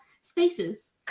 spaces